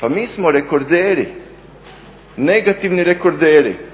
Pa mi smo negativni rekorderi.